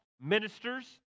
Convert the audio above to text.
ministers